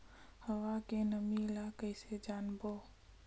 हवा के नमी ल कइसे जानबो?